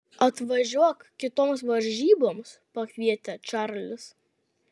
atvažiuok kitoms varžyboms pakvietė čarlis